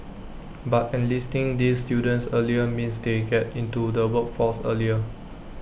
but enlisting these students earlier means they get into the workforce earlier